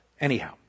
Anyhow